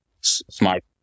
Smart